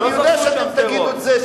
אני יודע שאתם תגידו את זה,